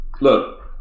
Look